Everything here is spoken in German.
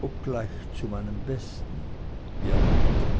obgleich zu meinem besten wie er meinte